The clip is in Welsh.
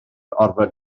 orfod